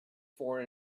for